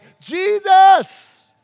Jesus